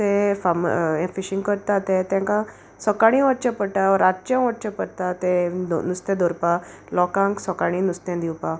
ते फाम हे फिशींग करता ते तेंकां सकाळीं वचचें पडटा रातचें वचचें पडटा तें नुस्तें धोरपा लोकांक सकाळीं नुस्तें दिवपाक